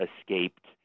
escaped